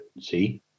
See